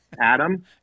Adam